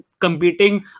competing